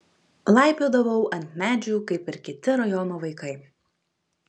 laipiodavau ant medžių kaip ir kiti rajono vaikai